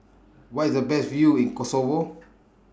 Where IS The Best View in Kosovo